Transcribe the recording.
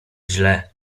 źle